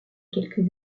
quelques